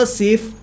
safe